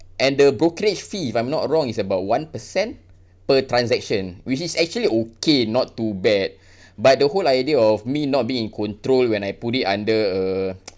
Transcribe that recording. and the brokerage fee if I'm not wrong is about one percent per transaction which is actually okay not too bad but the whole idea of me not being in control when I put it under a